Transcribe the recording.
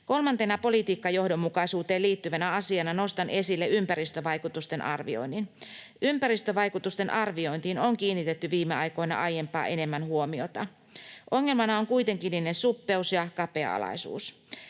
Kolmantena politiikkajohdonmukaisuuteen liittyvänä asiana nostan esille ympäristövaikutusten arvioinnin. Ympäristövaikutusten arviointiin on kiinnitetty viime aikoina aiempaa enemmän huomiota. Ongelmana on kuitenkin niiden suppeus ja kapea-alaisuus.